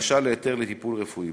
בבקשה להיתר לטיפול רפואי.